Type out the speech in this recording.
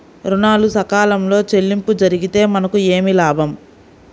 ఋణాలు సకాలంలో చెల్లింపు జరిగితే మనకు ఏమి లాభం?